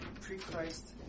pre-Christ